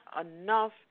enough